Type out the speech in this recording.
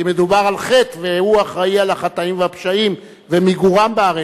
כי מדובר על חטא והוא אחראי לחטאים והפשעים ולמיגורם בארץ.